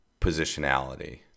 positionality